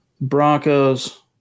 Broncos